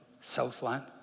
Southland